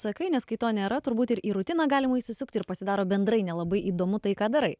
sakai nes kai to nėra turbūt ir į rutiną galima įsisukti ir pasidaro bendrai nelabai įdomu tai ką darai